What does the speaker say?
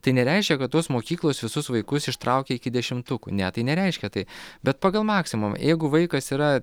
tai nereiškia kad tos mokyklos visus vaikus ištraukia iki dešimtukų ne tai nereiškia tai bet pagal maksimumą jeigu vaikas yra